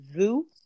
Zoo